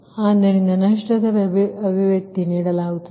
ಆದ್ದರಿಂದ ನಷ್ಟದ ಅಭಿವ್ಯಕ್ತಿ ನೀಡಲಾಗುತ್ತದೆ